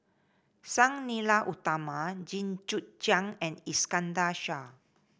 Sang Nila Utama Jit Koon Ch'ng and Iskandar Shah